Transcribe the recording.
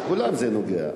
לכולם זה נוגע.